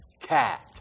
cat